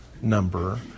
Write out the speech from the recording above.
number